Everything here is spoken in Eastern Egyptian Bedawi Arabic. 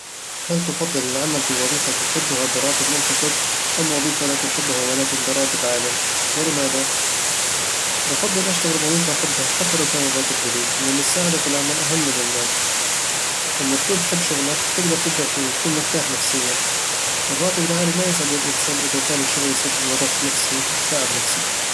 هل تفضل العمل بوظيفة تحبها براتب منخفض أم وظيفة لا تحبها ولكن براتب عالٍ؟ ولماذا؟ بفضل أشتغل بوظيفة أحبها حتى لو كان الراتب قليل، لأن السعادة في العمل أهم من المال لما تكون تحب شغلك، تقدر تبدع فيه وتكون مرتاح نفسياً الراتب العالي ما يسعد الإنسان إذا كان الشغل يسبب له ضغط نفسي وتعب النفسي